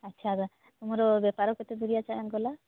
ଆଚ୍ଛା ତୁମର ବେପାର କେତେ ଦୂରିଆ ଗଲା